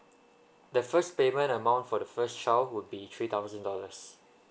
the first payment amount for the first child would be three thousand dollars